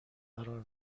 قرار